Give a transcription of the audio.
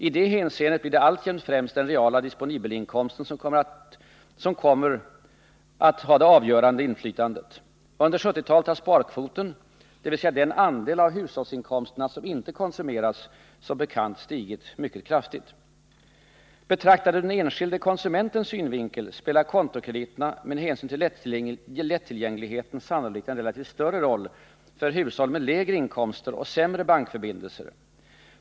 I det hänseendet blir det alltjämt främst den reala disponibelinkomsten som kommer att ha det avgörande inflytandet. Under 1970-talet har sparkvoten, dvs. den andel av hushållsinkomsterna som inte konsumeras, som bekant stigit mycket kraftigt. Betraktade ur den enskilde konsumentens synvinkel spelar kontokrediterna med hänsyn till lättillgängligheten sannolikt en relativt större roll för hushåll med lägre inkomster och sämre bankförbindelser.